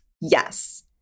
Yes